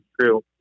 true